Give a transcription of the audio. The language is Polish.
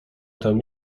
tam